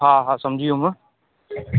हा हा समुझी वियुमि